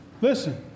Listen